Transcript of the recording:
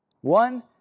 One